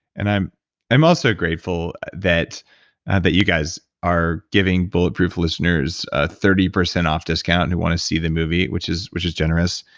and i'm i'm also grateful that and that you guys are giving bulletproof listeners a thirty percent off discount, who wanna see the movie, which is which is generous.